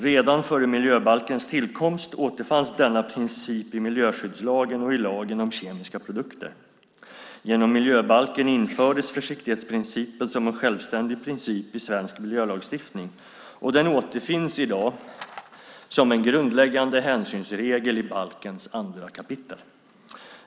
Redan före miljöbalkens tillkomst återfanns denna princip i miljöskyddslagen och i lagen om kemiska produkter. Genom miljöbalken infördes försiktighetsprincipen som en självständig princip i svensk miljölagstiftning, och den återfinns i dag som en grundläggande hänsynsregel i balkens andra kapitel.